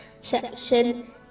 SECTION